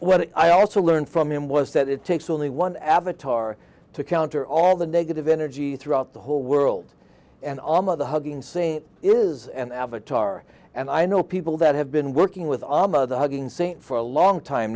what i also learned from him was that it takes only one avatar to counter all the negative energy throughout the whole world and all of the hugging saying it is an avatar and i know people that have been working with the hugging saint for a long time